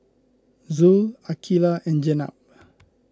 Zul Aqilah and Jenab